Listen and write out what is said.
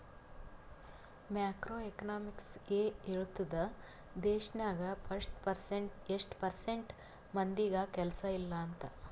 macro economics ಎ ಹೇಳ್ತುದ್ ದೇಶ್ನಾಗ್ ಎಸ್ಟ್ ಪರ್ಸೆಂಟ್ ಮಂದಿಗ್ ಕೆಲ್ಸಾ ಇಲ್ಲ ಅಂತ